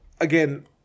again